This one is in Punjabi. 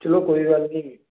ਚਲੋ ਕੋਈ ਗੱਲ ਨਹੀਂ